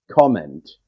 comment